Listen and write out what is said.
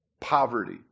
poverty